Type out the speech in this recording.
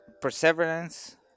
perseverance